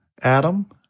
Adam